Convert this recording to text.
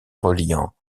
reliant